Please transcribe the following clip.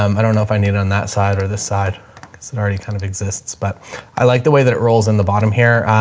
um i don't know if i need it on that side or this side cause it already kind of exists, but i liked the way that it rolls in the bottom here.